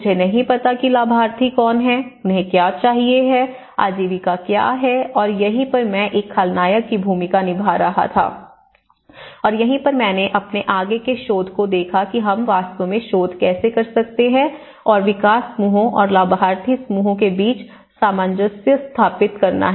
मुझे नहीं पता कि लाभार्थी कौन हैं उन्हें क्या चाहिए आजीविका क्या थी और यहीं पर मैं एक खलनायक की भूमिका निभा रहा था और यहीं पर मैंने अपने आगे के शोध को देखा कि हम वास्तव में शोध कैसे कर सकते हैं और विकास समूहों और लाभार्थी समूहों के बीच कैसे सामंजस्य स्थापित करना है